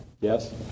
Yes